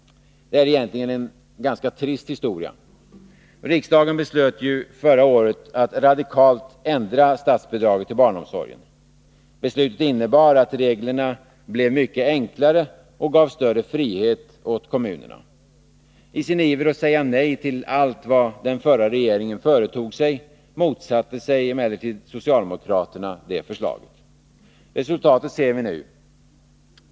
Det är egentligen en ganska trist historia. Riksdagen beslöt ju förra året att radikalt ändra statsbidraget till barnom sorgen. Beslutet innebar att reglerna blev mycket enklare och gav större frihet åt kommunerna. I sin iver att säga nej till allt vad den förra regeringen företog sig motsatte sig emellertid socialdemokraterna det förslaget. Resultatet ser vi nu.